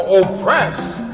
oppressed